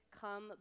come